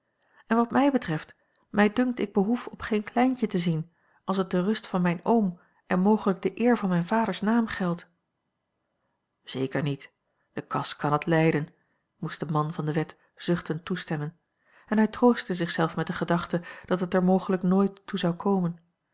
en wat mij betreft mij dunkt ik behoef op geen kleintje te zien als het de rust van mijn oom en mogelijk de eer van mijns vaders naam geldt zeker niet de kas kan het lijden moest de man van de wet zuchtend toestemmen en hij troostte zich zelf met de gedachte dat het er mogelijk nooit toe zou komen